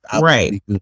Right